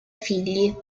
figli